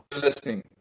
listening